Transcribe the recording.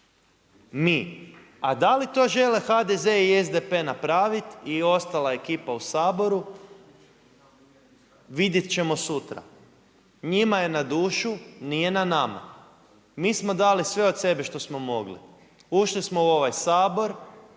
Mi. A da li to žele HDZ i SDP napraviti i ostala ekipa u Saboru, vidjeti ćemo sutra, njima je na dušu, nije na nama. Mi smo dali sve od sebe što smo mogli, ušli smo u ovaj Sabor,